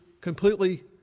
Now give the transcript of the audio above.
completely